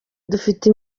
dufite